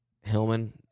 hillman